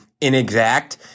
inexact